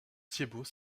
thiébaut